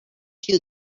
you